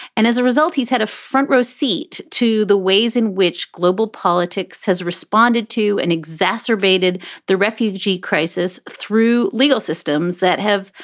and as a result, he's had a front row seat to the ways in which global politics has responded to and exacerbated the refugee crisis through legal systems that have.